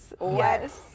Yes